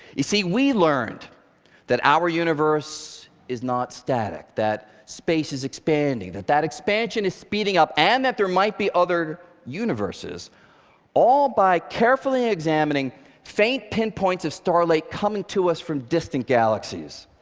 you see, we learned that our universe is not static, that space is expanding, that that expansion is speeding up and that there might be other universes all by carefully examining faint pinpoints of starlight coming to us from distant galaxies.